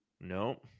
No